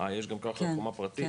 אה יש גם קרקע חומה פרטית?